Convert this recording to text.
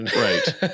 Right